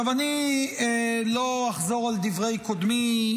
אני לא אחזור על דברי קודמי,